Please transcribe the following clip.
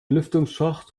lüftungsschacht